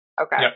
Okay